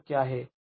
२ टक्के आहे